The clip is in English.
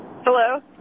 Hello